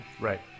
Right